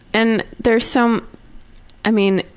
and there's some i mean,